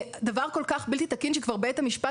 זה דבר כל כך בלתי תקין שבית המשפט